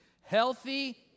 Healthy